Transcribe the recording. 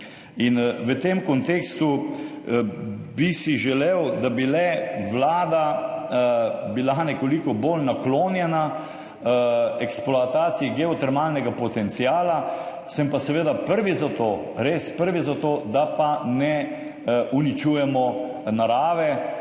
V tem kontekstu bi si želel, da bi vlada le bila nekoliko bolj naklonjena eksploataciji geotermalnega potenciala. Sem pa seveda prvi za to, res prvi za to, da ne uničujemo narave.